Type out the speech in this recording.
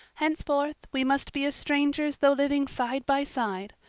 henceforth we must be as strangers though living side by side.